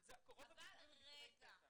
אבל --- זה קורה בביקורי פתע.